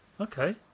Okay